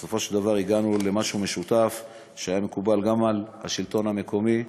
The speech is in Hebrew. בסופו של דבר הגענו למשהו משותף שהיה מקובל גם על השלטון המקומי,